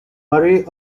marie